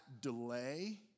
delay